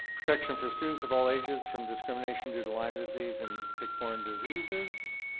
protection for students of all ages from discrimination due to lyme disease and tick-borne diseases.